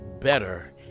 better